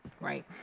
Right